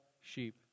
sheep